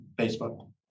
Facebook